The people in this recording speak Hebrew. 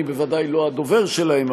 אני ודאי לא הדובר שלהם,